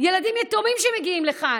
ילדים יתומים שמגיעים לכאן.